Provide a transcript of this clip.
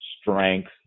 strength